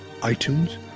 iTunes